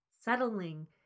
Settling